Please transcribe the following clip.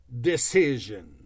decision